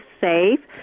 safe